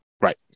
Right